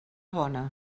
bona